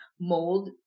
Mold